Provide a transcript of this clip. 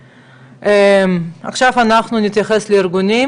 עכשיו אנחנו נתייחס לארגונים,